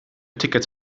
tickets